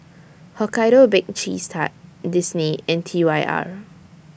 Hokkaido Baked Cheese Tart Disney and T Y R